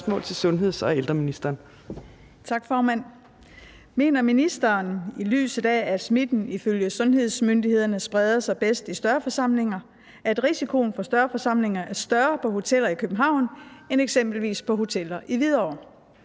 Værsgo. Kl. 15:04 Gitte Willumsen (V): Tak, formand. Mener ministeren – i lyset af at smitten ifølge sundhedsmyndighederne spreder sig bedst i større forsamlinger – at risikoen for større forsamlinger er større på hoteller i København end eksempelvis på hoteller i Hvidovre?